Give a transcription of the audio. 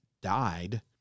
died